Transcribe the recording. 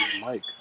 Mike